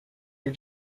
are